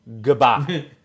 Goodbye